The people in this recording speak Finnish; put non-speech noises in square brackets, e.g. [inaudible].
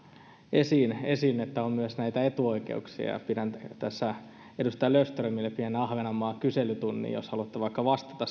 esiin esiin että on myös näitä etuoikeuksia pidän tässä edustaja löfströmille pienen ahvenanmaa kyselytunnin jos haluatte vaikka vastata [unintelligible]